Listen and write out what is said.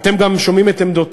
אתם גם שומעים את עמדותי,